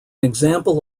example